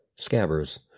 Scabbers